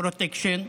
פרוטקשן.